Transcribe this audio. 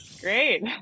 great